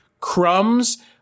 Crumbs